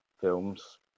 films